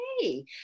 Hey